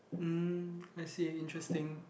mm let's see interesting